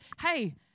hey